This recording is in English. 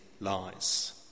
lies